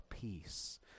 peace